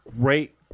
great